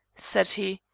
said he.